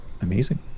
Amazing